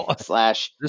slash